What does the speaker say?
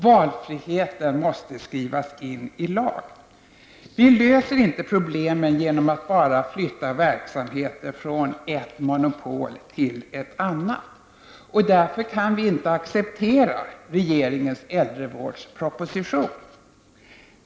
Valfriheten måste skrivas in i lag. Vi löser inte problemen genom att bara flytta verksamheter från ett monopol till ett annat. Därför kan vi inte acceptera regeringens äldrevårdsproposition.